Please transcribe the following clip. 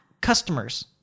customers